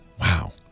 Wow